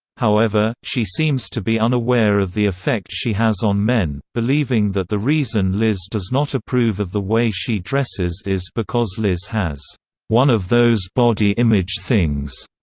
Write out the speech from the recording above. however, she seems to be unaware of the effect she has on men, believing that the reason liz does not approve of the way she dresses is because liz has one of those body image things.